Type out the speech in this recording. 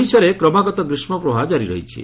ଓଡ଼ିଶାରେ କ୍ରମାଗତ ଗ୍ରୀଷ୍ମପ୍ରବାହ ଜାରି ରହିଛି